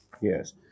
Yes